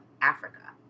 Africa